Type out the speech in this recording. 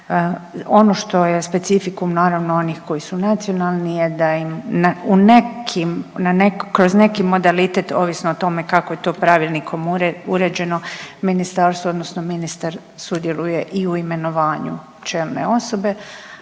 Ono što je specifikum naravno onih koji su nacionalni je da im na, u nekim, kroz neki modalitet ovisno o tome kako je to pravilnikom uređeno ministarstvo odnosno ministar sudjeluje i u imenovanju čelne osobe,